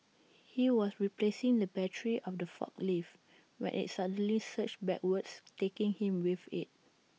he was replacing the battery of the forklift when IT suddenly surged backwards taking him with IT